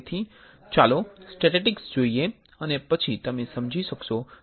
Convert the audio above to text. તેથી ચાલો સ્ટેટેસ્ટિકસ જોઈએ અને પછી તમે સમજી શકશો કે હું શા માટે કહી રહ્યો છું